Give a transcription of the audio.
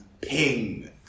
ping